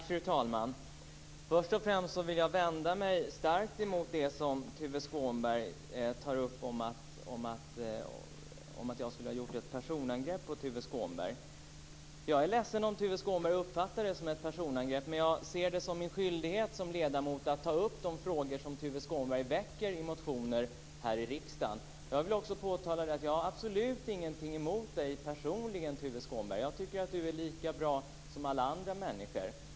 Fru talman! Först och främst vill jag vända mig starkt mot det som Tuve Skånberg tar upp om att jag skulle ha gjort ett personangrepp på Tuve Skånberg. Jag är ledsen om Tuve Skånberg uppfattade det som ett personangrepp, men jag ser det som min skyldighet som ledamot att ta upp de frågor som Tuve Skånberg väcker i motioner här i riksdagen. Jag vill också påtala att jag absolut inte har någonting emot Tuve Skånberg personligen. Jag tycker att han är lika bra som alla andra människor.